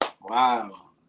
Wow